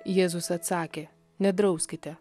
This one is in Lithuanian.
jėzus atsakė nedrauskite